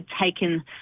taken